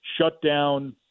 shutdown